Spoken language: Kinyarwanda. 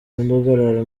imidugararo